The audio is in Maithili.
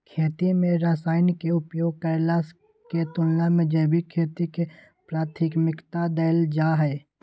खेती में रसायन के उपयोग करला के तुलना में जैविक खेती के प्राथमिकता दैल जाय हय